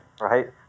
right